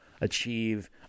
achieve